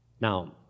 Now